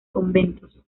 conventos